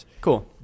cool